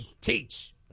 teach